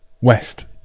west